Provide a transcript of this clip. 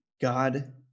God